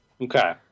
Okay